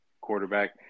quarterback